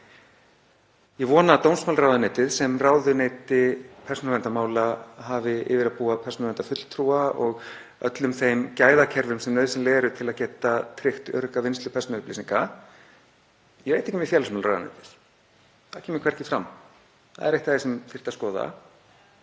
Ég vona að dómsmálaráðuneytið sem ráðuneyti persónuverndarmála hafi yfir að búa persónuverndarfulltrúa og öllum þeim gæðakerfum sem nauðsynleg eru til að geta tryggt örugga vinnslu persónuupplýsinga. Ég veit ekki með félagsmálaráðuneytið, það kemur hvergi fram. Það er eitt af því sem þyrfti að skoða.